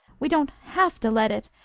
we don't have to let it.